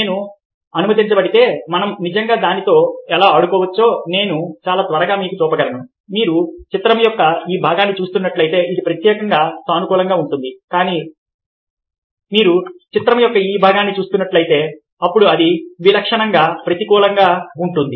నేను అనుమతించబడితే మనం నిజంగా దానితో ఎలా ఆడుకోవచ్చో నేను చాలా త్వరగా మీకు చూపగలను మీరు చిత్రం యొక్క ఈ భాగాన్ని చూస్తున్నట్లయితే ఇది ప్రత్యేకంగా సానుకూలంగా ఉంటుంది కానీ మీరు చిత్రం యొక్క ఈ భాగాన్ని చూస్తున్నట్లయితే అప్పుడు అది విలక్షణంగా ప్రతికూలంగా ఉంటుంది